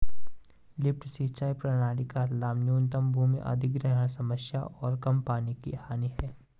lift सिंचाई प्रणाली का लाभ न्यूनतम भूमि अधिग्रहण समस्या और कम पानी की हानि है